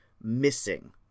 missing